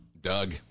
Doug